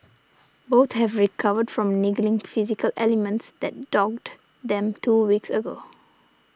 both have recovered from niggling physical ailments that dogged them two weeks ago